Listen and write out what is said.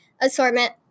assortment